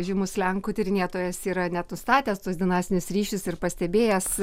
žymus lenkų tyrinėtojas yra net nustatęs tuos dinastinius ryšius ir pastebėjęs